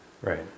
right